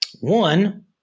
One